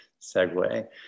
segue